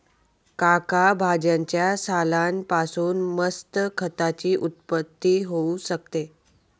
काका भाज्यांच्या सालान पासून मस्त खताची उत्पत्ती होऊ शकते